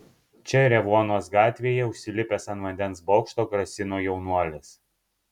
čia revuonos gatvėje užsilipęs ant vandens bokšto grasino jaunuolis